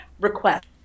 request